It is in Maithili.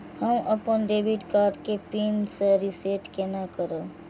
हम अपन डेबिट कार्ड के पिन के रीसेट केना करब?